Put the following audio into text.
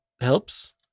helps